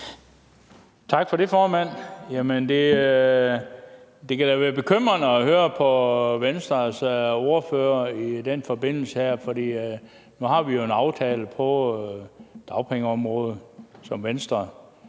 Tak for det, formand. Jamen det kan da være bekymrende at høre på Venstres ordfører i den her forbindelse, for nu har vi jo en aftale på dagpengeområdet, som Venstre